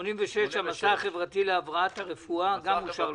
86 (המסע החברתי להבראת הרפואה) גם אושר לשנה.